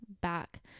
back